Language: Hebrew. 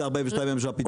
זה 42 ימים של הפיטום,